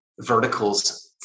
verticals